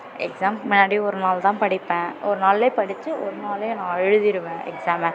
எக்ஸாமுக்கு முன்னாடி ஒரு நாள் தான் படிப்பேன் ஒரு நாளில் படித்து ஒரு நாளில் நான் எழுதிடுவேன் எக்ஸாமை